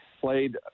played